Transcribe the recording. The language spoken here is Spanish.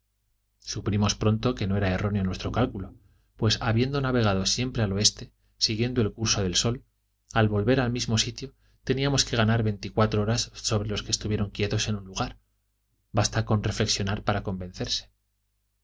supimos pronto que no era erróneo nuestro cálculo pues habiendo navegado siempre al oeste siguiendo el curso del sol al volver al mismo sitio teníamos que ganar veinticuatro horas sobre los que estuvieron quietos en un lugar basta con reflexionar para convencerse